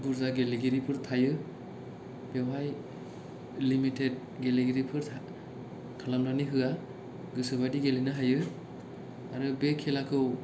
बुरजा गेलेगिरिफोर थायो बेवहाय लिमितेद गेलेगिरिफोर खालामनानै होआ गोसोबायदि गेलेनो हायो आरो बे खेलाखौ